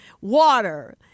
water